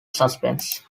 suspense